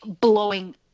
blowing